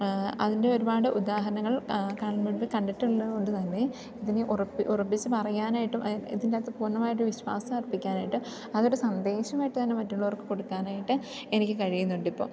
അതിൻ്റെ ഒരുപാട് ഉദാഹരങ്ങൾ കൺമുൻപിൽ കണ്ടിട്ടുള്ളതു കൊണ്ടു തന്നെ ഇതിനെ ഉറപ്പി ഉറപ്പിച്ച് പറയാനായിട്ടും ഇതിൻ്റകത്ത് പൂർണ്ണമായിട്ട് വിശ്വാസം അർപ്പിക്കാനായിട്ട് അതൊരു സന്ദേശമായിട്ടു തന്നെ മറ്റുള്ളവർക്ക് കൊടുക്കാനായിട്ട് എനിക്ക് കഴിയുന്നുണ്ടിപ്പം